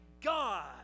God